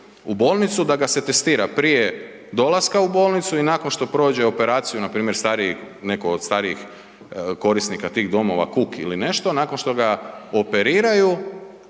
u bolnicu da ga se testira prije dolaska u bolnicu i nakon što prođe operaciju npr. stariji, neko od starijih korisnika tih domova, kuk ili nešto, nakon što ga operiraju